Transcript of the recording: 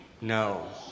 No